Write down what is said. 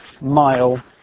mile